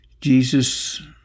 Jesus